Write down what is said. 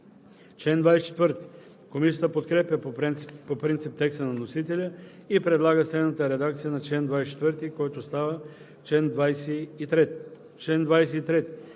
година.“ Комисията подкрепя по принцип текста на вносителя и предлага следната редакция на чл. 24, който става чл. 23: